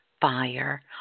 fire